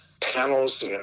panels